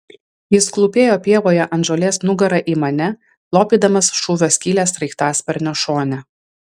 jis klūpėjo pievoje ant žolės nugara į mane lopydamas šūvio skylę sraigtasparnio šone